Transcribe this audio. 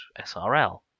SRL